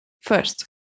First